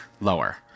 lower